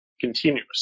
continuous